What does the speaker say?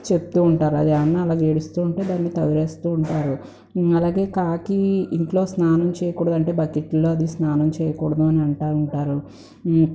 చెప్తూ ఉంటారు అది అన్న అలాగా ఏడుస్తూ ఉంటే దాన్ని తవ్వేస్తూ ఉంటారు అలాగే కాకి ఇంట్లో స్నానం చేయకూడదు అంటే బకెట్లో అది స్నానం చేయకూడదు అని అంట ఉంటారు